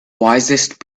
wisest